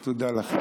תודה לכם.